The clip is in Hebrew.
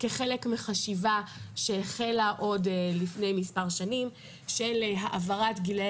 כחלק מחשיבה שהחלה עוד לפני מספר שנים של העברת גילי